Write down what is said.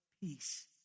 peace